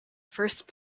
first